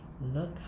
look